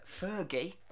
Fergie